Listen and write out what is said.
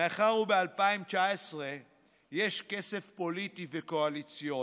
"מאחר וב-2019 יש כסף פוליטי וקואליציוני,